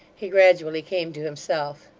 he gradually came to himself.